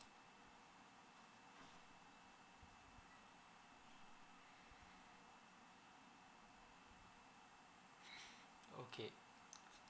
okay